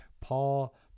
Paul